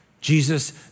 Jesus